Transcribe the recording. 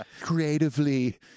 Creatively